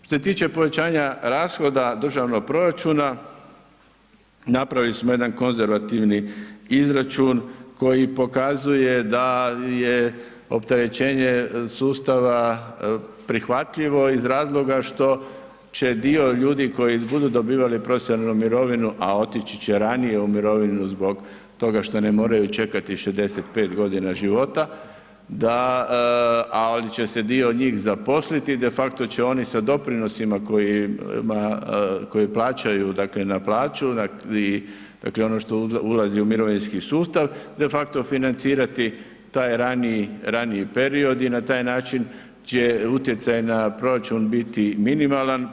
Što se tiče povećanja rashoda državnog proračuna, napravili smo jedan konzervativni izračun koji pokazuje da je opterećenje sustava prihvatljivo iz razloga što će dio ljudi koji budu dobivali profesionalnu mirovinu, a otići će ranije u mirovinu zbog toga što ne moraju čekati 65.g. života, da, ali će se dio njih zaposliti, defakto će oni sa doprinosima kojima, koji plaćaju, dakle na plaću i, dakle ono što ulazi u mirovinski sustav, defakto financirati taj raniji, raniji period i na taj način će utjecaj na proračun biti minimalan.